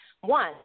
One